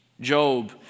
Job